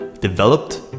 developed